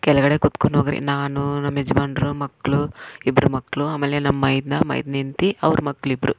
ಕೆಳಗಡೆ ಕೂತ್ಕೊಂಡೋಗ್ರಿ ನಾನು ನಮ್ಮ ಯಜಮಾನರು ಮಕ್ಕಳು ಇಬ್ಬರು ಮಕ್ಕಳು ಆಮೇಲೆ ನಮ್ಮ ಮೈದುನ ಮೈದ್ನನ ಹೆಂಡ್ತಿ ಅವ್ರ ಮಕ್ಕಳಿಬ್ರು